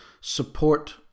support